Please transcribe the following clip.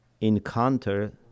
encounter